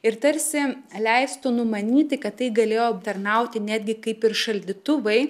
ir tarsi leistų numanyti kad tai galėjo tarnauti netgi kaip ir šaldytuvai